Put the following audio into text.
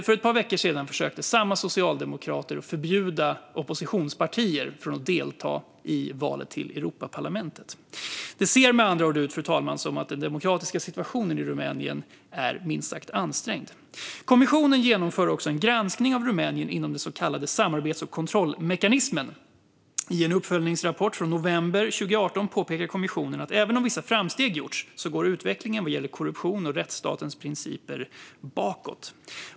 För ett par veckor sedan försökte samma socialdemokrater förbjuda oppositionspartier från att delta i valet till Europaparlamentet. Fru talman! Det ser med andra ord ut som att den demokratiska situationen i Rumänien är minst sagt ansträngd. Kommissionen genomför också en granskning av Rumänien inom den så kallade samarbets och kontrollmekanismen. I en uppföljningsrapport från november 2018 påpekar kommissionen att även om vissa framsteg gjorts går utvecklingen vad gäller korruption och rättsstatens principer bakåt.